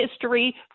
history